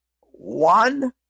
One